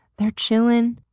they are chillin',